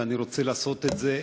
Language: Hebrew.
ואני רוצה לעשות את זה,